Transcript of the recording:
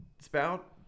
spout